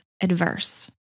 adverse